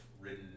ridden